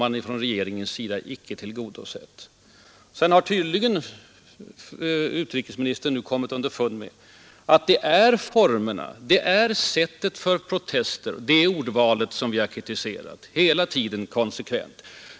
Dem har regeringen icke tillgodosett. Utrikesministern har emellertid tydligen nu kommit underfund med att det är formerna, sättet för protesterna, ordvalet, som vi hela tiden konsekvent har kritiserat.